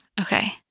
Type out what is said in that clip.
Okay